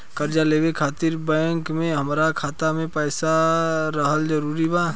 कर्जा लेवे खातिर बैंक मे हमरा खाता मे पईसा रहल जरूरी बा?